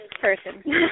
person